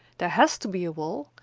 there has to be a wall,